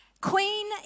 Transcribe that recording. Queen